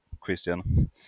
Christian